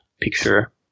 picture